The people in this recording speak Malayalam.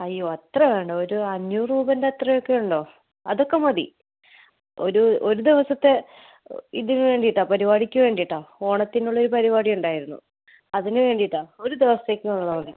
അയ്യോ അത്ര വേണ്ട ഒരു അഞ്ഞൂറ് രൂപേൻ്റെ അത്രയൊക്കെയുണ്ടോ അതൊക്കെ മതി ഒരു ഒരു ദിവസത്തെ ഇതിനുവേണ്ടിയിട്ടാണ് പരിപാടിക്ക് വേണ്ടിയിട്ടാണ് ഓണത്തിനുള്ള ഒരു പരിപാടി ഉണ്ടായിരുന്നു അതിനു വേണ്ടിയിട്ടാണ് ഒരു ദിവസത്തേക്കുള്ളത് മതി